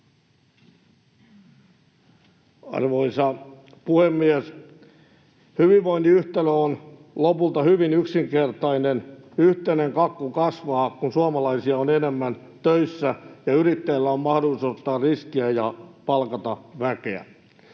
Arvoisa puhemies! Hyvinvoinnin yhtälö on lopulta hyvin yksinkertainen: yhteinen kakku kasvaa, kun suomalaisia on enemmän töissä ja yrittäjillä on mahdollisuus ottaa riskiä ja palkata väkeä.